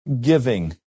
giving